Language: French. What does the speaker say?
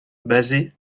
basée